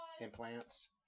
Implants